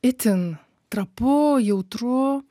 itin trapu jautru